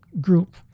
group